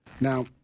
Now